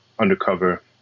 Undercover